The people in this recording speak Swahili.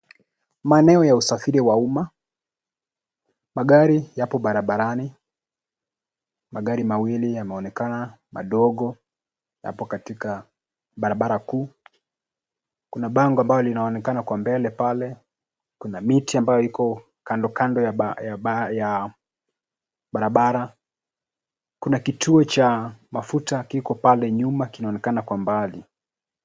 Maeneo ya usafiri wa umma, magari yapo barabarani, magari mawili yameonekana madogo hapo katika barabara kuu, kuna bango ambalo linaonekana kwa mbele pale, kuna miti ambayo iko kandokando ya barabara, kuna kituo cha mafuta kiko pale nyuma kinaonekana kwa mbali.